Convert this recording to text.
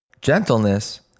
gentleness